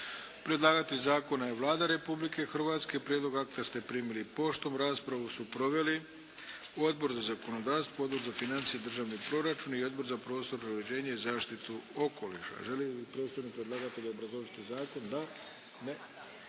Predlagatelj zakona je Vlada Republike Hrvatske. Prijedlog akta ste primili poštom. Raspravu su proveli Odbor za zakonodavstvo, Odbor za financije i državni proračun i Odbor za prostorno uređenje i zaštitu okoliša. Želi li predstavnik predlagatelja obrazložiti zakon? Da.